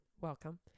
Welcome